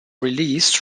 released